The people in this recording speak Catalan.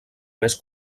més